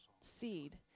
seed